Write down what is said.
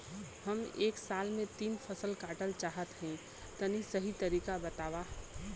हम एक साल में तीन फसल काटल चाहत हइं तनि सही तरीका बतावा?